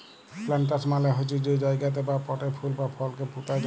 planters মালে হছে যে জায়গাতে বা পটে ফুল বা ফলকে পুঁতা যায়